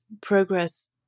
progress